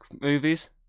movies